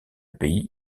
pays